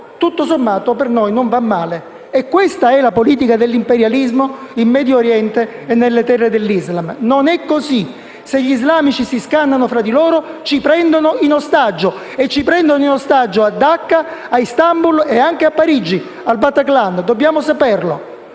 tutto sommato per noi non va male. Questa è la politica dell'imperialismo in Medio Oriente e nelle terre dell'Islam. Non è così: se gli islamici si scannano tra di loro, ci prendono in ostaggio e lo fanno a Dacca, a Istanbul e anche al Bataclan di Parigi. Dobbiamo sapere